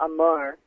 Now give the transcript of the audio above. Amar